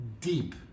deep